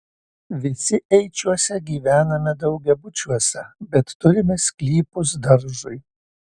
visi eičiuose gyvename daugiabučiuose bet turime sklypus daržui